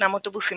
ישנם אוטובוסים,